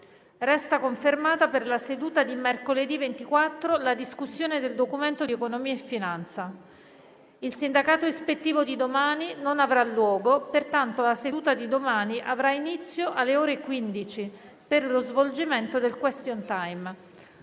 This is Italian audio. Resta confermata per la seduta di mercoledì 24 la discussione del Documento di economia e finanza. Il sindacato ispettivo di domani non avrà luogo. Pertanto la seduta di domani avrà inizio alle ore 15 per lo svolgimento del *question time*.